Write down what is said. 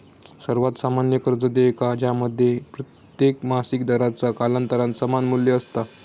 सर्वात सामान्य कर्ज देयका ज्यामध्ये प्रत्येक मासिक दराचा कालांतरान समान मू्ल्य असता